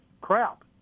crap